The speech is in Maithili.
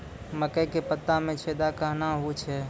मकई के पत्ता मे छेदा कहना हु छ?